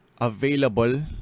available